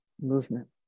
movement